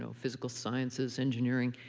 so physical sciences, engineering.